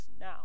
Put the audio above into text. now